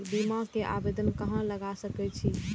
बीमा के आवेदन कहाँ लगा सके छी?